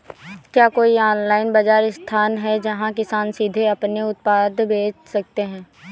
क्या कोई ऑनलाइन बाज़ार स्थान है जहाँ किसान सीधे अपने उत्पाद बेच सकते हैं?